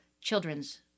Children's